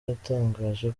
yatangaje